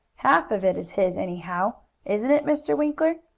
half of it is his, anyhow isn't it, mr. winkler?